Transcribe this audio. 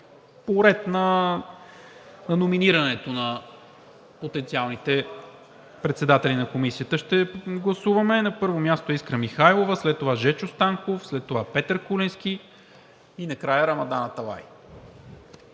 по реда на номинирането на потенциалните кандидати на Комисията. На първо място Искра Михайлова, след това Жечо Станков, след това Петър Куленски и накрая Рамадан Аталай.